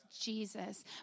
Jesus